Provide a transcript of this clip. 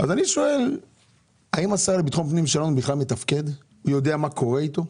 אני שואל האם השר לביטחון פנים שלנו בכלל מתפקד ויודע מה קורה אתו.